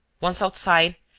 once outside,